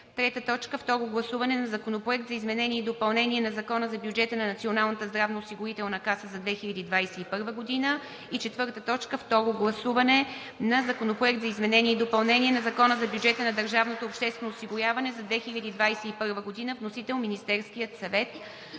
съвет. 3. Второ гласуване на Законопроекта за изменение и допълнение на Закона за бюджета на Националната здравноосигурителна каса за 2021 г. 4. Второ гласуване на Законопроекта за изменение и допълнение на Закона за бюджета на Държавното обществено осигуряване. Вносител – Министерският съвет.“